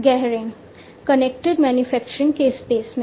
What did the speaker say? Gehring connected manufacturing के space में है